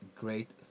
great